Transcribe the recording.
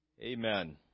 Amen